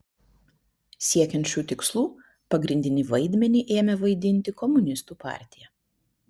siekiant šių tikslų pagrindinį vaidmenį ėmė vaidinti komunistų partija